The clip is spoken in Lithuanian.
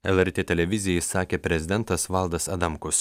lrt televizijai sakė prezidentas valdas adamkus